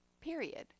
period